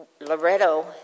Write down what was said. Loretto